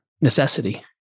necessity